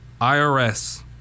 IRS